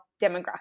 demographic